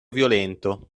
violento